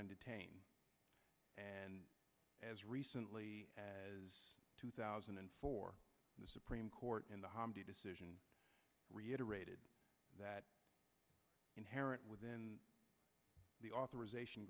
detain and as recently as two thousand and four the supreme court in the hamdi decision reiterated that inherent within the authorization